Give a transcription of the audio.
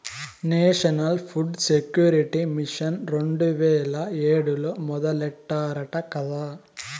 national Food Security Mission రెండు వేల ఏడులో మొదలెట్టారట కదా